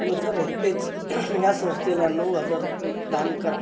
mother HelpAge ह्या संस्थेला नऊ हजार रुपये दान करा